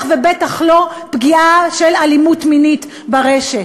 ובטח ובטח לא פגיעה של אלימות מינית ברשת.